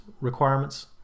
requirements